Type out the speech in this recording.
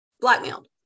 Blackmailed